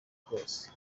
bwose